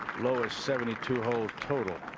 lowest seventy-two hole total.